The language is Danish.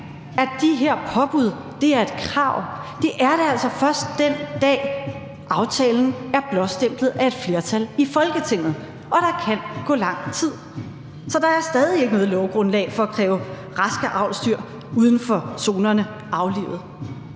at de her påbud er et krav. Det er det altså først den dag, aftalen er blåstemplet af et flertal i Folketinget, og der kan gå lang tid. Så der er stadig ikke noget lovgrundlag for at kræve raske avlsdyr uden for zonerne aflivet,